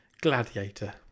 gladiator